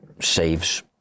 saves